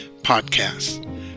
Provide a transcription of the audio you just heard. Podcast